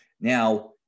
Now